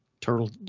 turtle